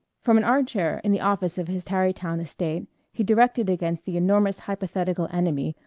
from an armchair in the office of his tarrytown estate he directed against the enormous hypothetical enemy,